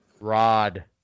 Rod